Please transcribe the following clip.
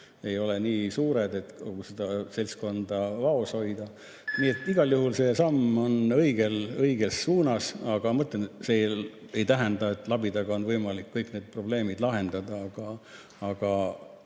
ei ole nii suured, et kogu seda seltskonda vaos hoida. Nii et igal juhul see samm on õiges suunas, ehkki see veel ei tähenda, et labidaga on võimalik kõik need probleemid lahendada. Aga